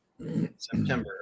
September